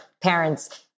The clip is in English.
parents